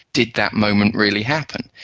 did that moment really happen?